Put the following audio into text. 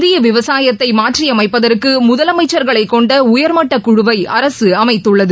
இந்திய விவசாயத்தை மாற்றியமைப்பதற்கு முதலமைச்சர்களைக் கொண்ட உயர்மட்டக் குழுவை அரசு அமைத்துள்ளது